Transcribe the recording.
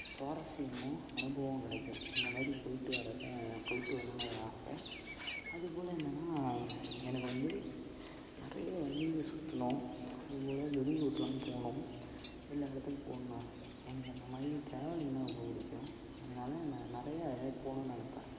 சுவாரஸ்யமும் அனுபவம் கிடைக்கும் அந்தமாதிரி போயிட்டு வரப்போ எனக்கு போயிட்டு வரணுன்னு ஒரு ஆசை அதுப்போல என்னன்னால் எனக்கு வந்து நிறைய வண்டியில் சுற்றணும் அதுபோல வெளியூருக்கெலாம் போகணும் எல்லா இடத்துக்கும் போகணுன்னு ஆசை எனக்கு அந்தமாதிரி ட்ராவலிங்னால் ரொம்ப பிடிக்கும் அதனாலே நான் நிறைய அது மாதிரி போகணுன்னு நினைப்பேன்